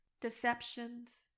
deceptions